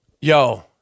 yo